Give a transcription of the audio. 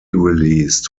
released